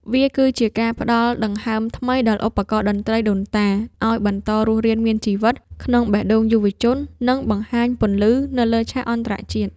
វាគឺជាការផ្ដល់ដង្ហើមថ្មីដល់ឧបករណ៍តន្ត្រីដូនតា ឱ្យបន្តរស់រានមានជីវិតក្នុងបេះដូងយុវជន និងបង្ហាញពន្លឺនៅលើឆាកអន្តរជាតិ។